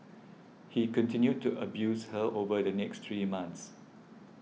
he continued to abuse her over the next three months